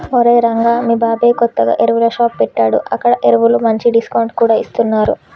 ఒరేయ్ రంగా మీ బాబాయ్ కొత్తగా ఎరువుల షాప్ పెట్టాడు అక్కడ ఎరువులకు మంచి డిస్కౌంట్ కూడా ఇస్తున్నరు